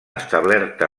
establerta